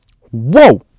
Whoa